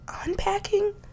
unpacking